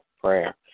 prayer